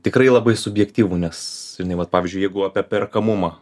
tikrai labai subjektyvu nes žinai vat pavyzdžiui jeigu apie perkamumą